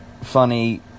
funny